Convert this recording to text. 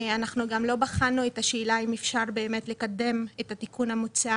אנחנו גם לא בחנו את השאלה אם אפשר לקדם את התיקון המוצע